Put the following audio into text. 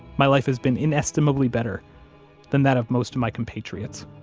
my life has been inestimably better than that of most of my compatriots.